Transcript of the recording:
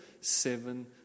seven